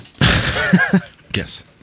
Yes